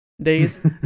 days